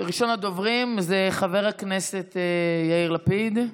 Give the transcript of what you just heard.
ראשון הדוברים, חבר הכנסת יאיר לפיד.